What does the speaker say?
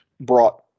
brought